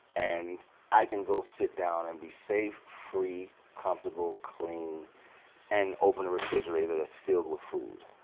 and i can go sit down and be safe, free, comfortable, clean and open a refrigerator that's filled with food.